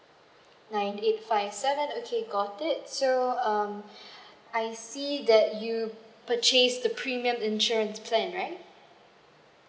nine eight five seven okay got it so um I see that you um purchase the premium insurance plan right